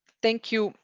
thank you.